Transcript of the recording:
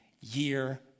year